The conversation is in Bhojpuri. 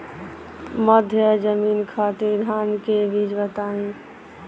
मध्य जमीन खातिर धान के बीज बताई?